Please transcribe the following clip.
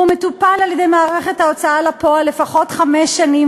והוא מטופל על-ידי מערכת ההוצאה לפועל לפחות חמש שנים,